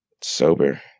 Sober